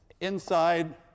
inside